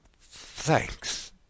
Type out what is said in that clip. thanks